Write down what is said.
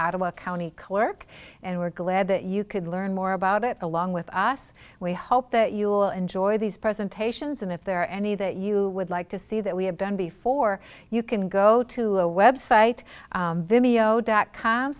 a county clerk and we're glad that you could learn more about it along with us we hope that you'll enjoy these presentations and if there are any that you would like to see that we have done before you can go to a web site video dot com